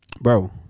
bro